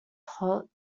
hot